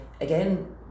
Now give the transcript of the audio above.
Again